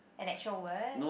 an actual word